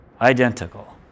identical